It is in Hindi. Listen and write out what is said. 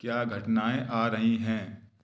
क्या घटनाएँ आ रही हैं